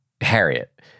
Harriet